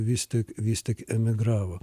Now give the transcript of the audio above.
vis tik vis tik emigravo